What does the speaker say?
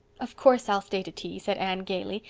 of course i'll stay to tea, said anne gaily.